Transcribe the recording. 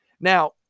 Now